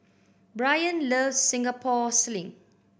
Brian loves Singapore Sling